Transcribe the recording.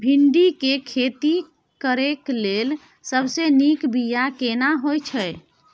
भिंडी के खेती करेक लैल सबसे नीक बिया केना होय छै?